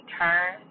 turn